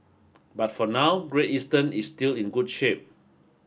but for now Great Eastern is still in good shape